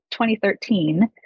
2013